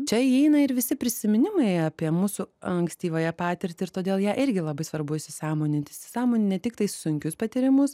čia įeina ir visi prisiminimai apie mūsų ankstyvąją patirtį ir todėl ją irgi labai svarbu įsisąmoninti įsisąmoninę tiktai sunkius patyrimus